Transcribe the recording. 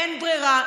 אין ברירה,